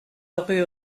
rue